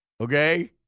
okay